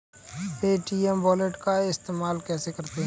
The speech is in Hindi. पे.टी.एम वॉलेट का इस्तेमाल कैसे करते हैं?